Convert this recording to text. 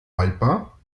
haltbar